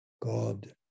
God